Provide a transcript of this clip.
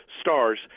stars